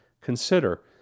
consider